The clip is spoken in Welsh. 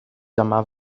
dyma